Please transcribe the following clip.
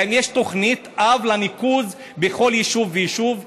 האם יש תוכנית אב לניקוז בכל יישוב ויישוב?